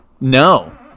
No